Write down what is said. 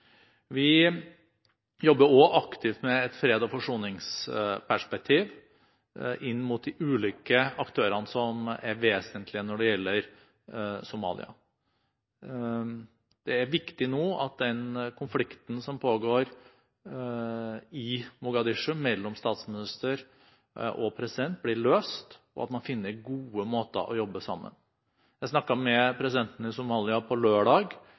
Vi jobber òg aktivt i et freds- og forsoningsperspektiv inn mot de ulike aktørene som er vesentlige når det gjelder Somalia. Det er viktig nå at den konflikten som pågår i Mogadishu, mellom statsminister og president, blir løst, og at man finner gode måter å jobbe sammen på. Jeg snakket med presidenten i Somalia på lørdag